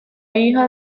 hija